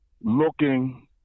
looking